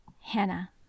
Hannah